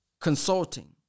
Consulting